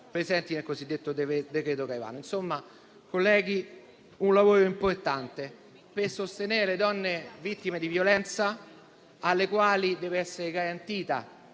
presenti nel cosiddetto decreto-legge Caivano. Insomma, colleghi, si tratta di un lavoro importante per sostenere le donne vittime di violenza, alle quali deve essere garantita